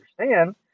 understand